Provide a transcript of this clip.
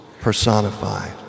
personified